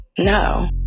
No